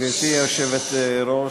גברתי היושבת-ראש,